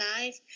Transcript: life